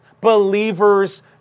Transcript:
believers